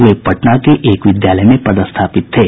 वे पटना के एक विद्यालय में पदस्थापित थे